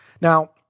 Now